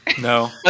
No